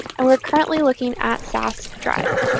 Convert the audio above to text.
and we're currently looking at sas drive.